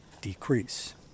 decrease